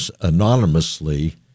anonymously